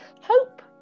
hope